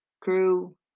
Crew